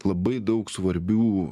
labai daug svarbių